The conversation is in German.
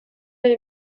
mit